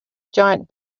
giant